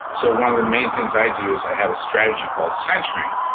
so one of the main things i do is, i have a strategy called centering,